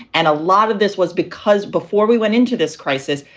and a lot of this was because before we went into this crisis,